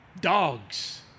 dogs